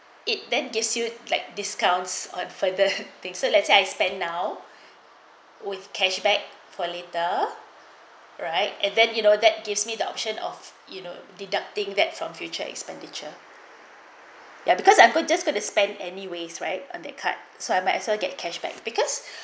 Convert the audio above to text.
it then gives you like discounts on further things so let's say I spend now with cashback for later right and then you know that gives me the option of you know deducting that from future expenditure ya because I'm go just going to spend anyways right on that card so I might as well get cashback because